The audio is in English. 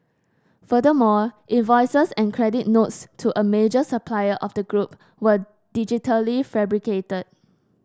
furthermore invoices and credit notes to a major supplier of the group were digitally fabricated